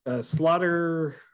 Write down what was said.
slaughter